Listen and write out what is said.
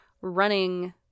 running